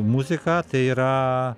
muzika tai yra